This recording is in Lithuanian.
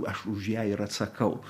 aš už ją ir atsakau